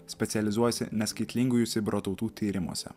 specializuojasi neskaitlingųjų sibiro tautų tyrimuose